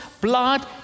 blood